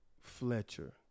Fletcher